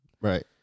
Right